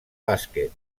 bàsquet